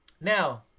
Now